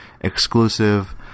exclusive